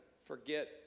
forget